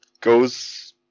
goes